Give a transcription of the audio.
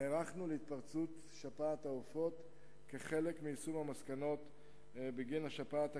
נערכנו להתפרצות שפעת העופות כחלק מיישום המסקנות בגין השפעת הקודמת,